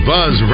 Buzz